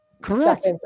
Correct